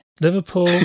Liverpool